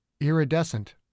iridescent